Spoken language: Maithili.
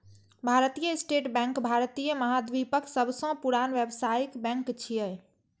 भारतीय स्टेट बैंक भारतीय महाद्वीपक सबसं पुरान व्यावसायिक बैंक छियै